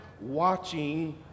watching